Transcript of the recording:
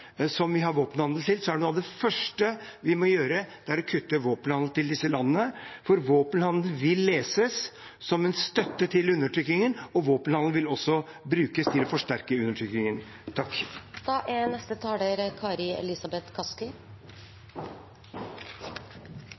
land vi har våpenhandel med, er noe av det første vi må gjøre, å kutte våpenhandelen til disse landene, for våpenhandelen vil leses som en støtte til undertrykkingen, og våpenhandelen vil også brukes til å forsterke undertrykkingen. Det blir sagt her at oljefondet ikke er